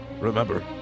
Remember